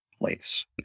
place